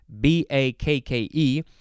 b-a-k-k-e